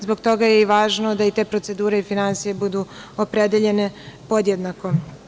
Zbog toga je i važno da i te procedure i finansije budu opredeljene podjednako.